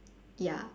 ya